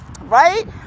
right